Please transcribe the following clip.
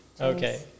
Okay